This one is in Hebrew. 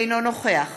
אינו נוכח